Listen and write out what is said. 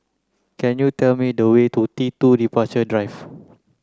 can you tell me the way to T two Departure Drive